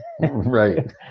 Right